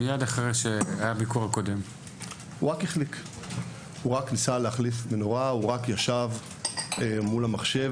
רק ניסה להחליף מנורה או רק ישב מול המחשב